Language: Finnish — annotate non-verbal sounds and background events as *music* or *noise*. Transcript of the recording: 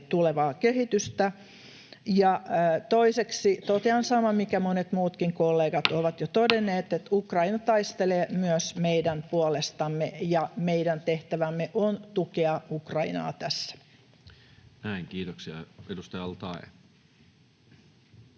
tulevaa kehitystä. Ja toiseksi totean saman, minkä monet muutkin kollegat *noise* ovat jo todenneet, että Ukraina taistelee myös meidän puolestamme ja meidän tehtävämme on tukea Ukrainaa tässä. [Speech 115] Speaker: Toinen